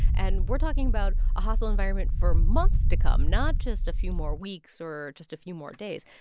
and we're talking about a hostile environment for months to come not just a few more weeks or just a few more days.